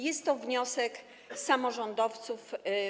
Jest to wniosek samorządowców.